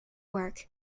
work